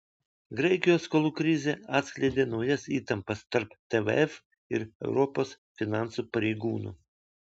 graikijos skolų krizė atskleidė naujas įtampas tarp tvf ir europos finansų pareigūnų